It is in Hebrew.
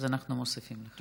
אז אנחנו מוסיפים לך.